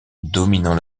dominant